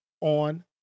on